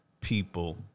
people